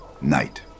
night